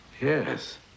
yes